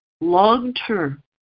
long-term